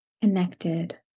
connected